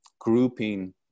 grouping